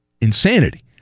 insanity